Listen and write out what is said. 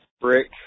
brick